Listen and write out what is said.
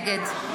נגד